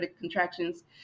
contractions